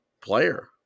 player